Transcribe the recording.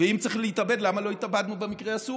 ואם צריך להתאבד, למה לא התאבדנו במקרה הסורי?